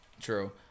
True